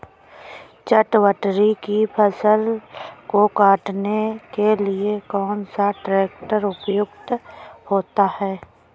चटवटरी की फसल को काटने के लिए कौन सा ट्रैक्टर उपयुक्त होता है?